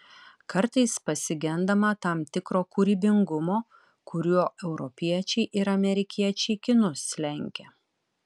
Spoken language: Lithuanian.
kartais pasigendama tam tikro kūrybingumo kuriuo europiečiai ir amerikiečiai kinus lenkia